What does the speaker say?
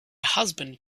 husband